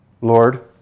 Lord